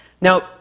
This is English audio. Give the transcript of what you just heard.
Now